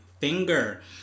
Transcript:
finger